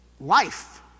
life